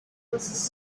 was